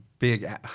big